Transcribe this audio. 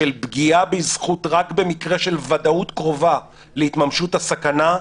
של פגיעה בזכות רק במקרה של ודאות קרובה להתממשות הסכנה,